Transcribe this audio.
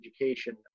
education